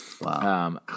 Wow